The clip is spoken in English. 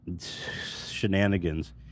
Shenanigans